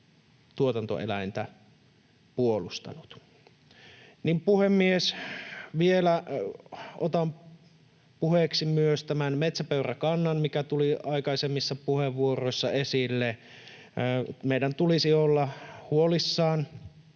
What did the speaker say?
tuotantoeläintään puolustanut. Puhemies! Vielä otan puheeksi myös tämän metsäpeurakannan, mikä tuli aikaisemmissa puheenvuoroissa esille. Meidän tulisi olla huolissamme